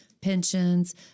pensions